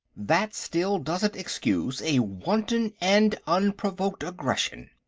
that still doesn't excuse a wanton and unprovoked aggression!